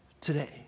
today